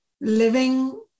living